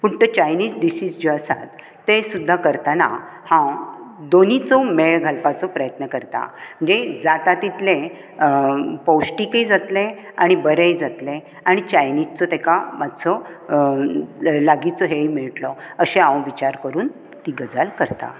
पूण त्यो Chinese dishes ज्यो आसात ते सुद्दां करताना हांव दोनीचोय मेळ घालपाचो प्रयत्न करता म्हणजे जाता तितलें पौश्टीकय जातलें आनी बरेंय जातले आनी चाइनीजचो ताका मात्सो लागीचो हेंय मेळटलो अशें हांव विचार करून ती गजाल करतां